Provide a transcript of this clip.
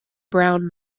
brown